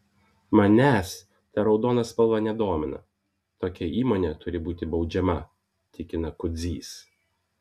manęs ta raudona spalva nedomina tokia įmonė turi būti baudžiama tikina kudzys